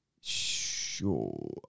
Sure